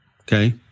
Okay